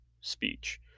speech